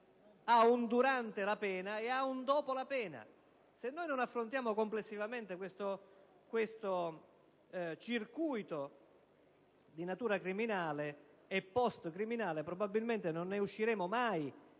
un durante e un dopo la pena: se non affrontiamo complessivamente questo circuito di natura criminale e post‑criminale, probabilmente non ne usciremo mai